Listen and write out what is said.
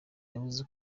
yavuze